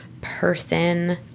person